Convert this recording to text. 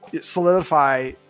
solidify